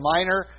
Minor